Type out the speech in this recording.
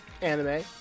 anime